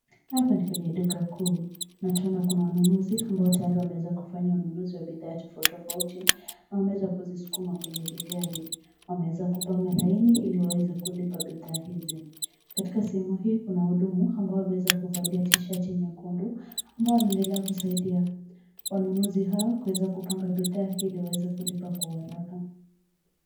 Hapa ni kwenye duka kuu na tunaona kuna wanunuzi ambao tayari wameweza kufanya ununuzi wa bidhaa tofauti tofauti na wameweza kuzisukuma kwenye vigari. Wameweza kupanga laini ili waweze kulipa bidhaa hizi. Katika sehemu hii kuna wahudumu ambao wameweza kuvalia tishati nyekundu ambao wanaendelea kusaidia wanunuzi hao, kuweza kupanga bidhaa ili waweze kulipa kwa haraka.